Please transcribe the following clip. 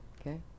Okay